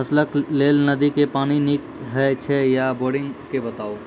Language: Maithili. फसलक लेल नदी के पानि नीक हे छै या बोरिंग के बताऊ?